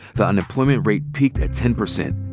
the unemployment rate peaked at ten percent,